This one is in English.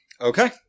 Okay